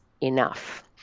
enough